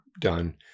done